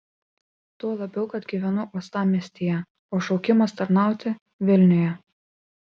tuo labiau kad gyvenu uostamiestyje o šaukimas tarnauti vilniuje